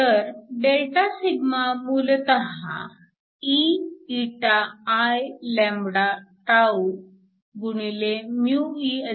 तर Δσ मूलतः eηIλτehhcDआहे